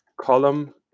Column